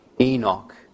Enoch